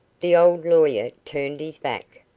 the old lawyer turned his back.